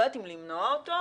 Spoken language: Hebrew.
לא יודעת אם למנוע אותו,